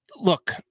look